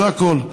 זה הכול,